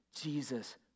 Jesus